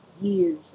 years